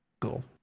cool